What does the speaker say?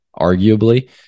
arguably